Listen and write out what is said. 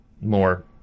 more